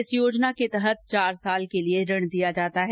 इस योजना के तहत चार वर्ष के लिए ऋण दिया जाता है